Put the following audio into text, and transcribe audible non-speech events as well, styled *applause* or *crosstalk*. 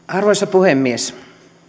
*unintelligible* arvoisa puhemies